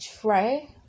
try